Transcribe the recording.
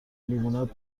لیموناد